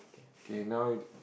okay now you